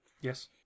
yes